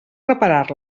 reparar